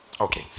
Okay